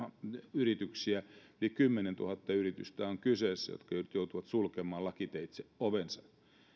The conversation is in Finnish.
yrityksiä kyseessä on yli kymmenentuhatta yritystä jotka nyt joutuvat sulkemaan lakiteitse ovensa